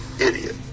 idiot